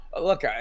Look